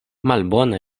malbona